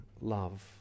love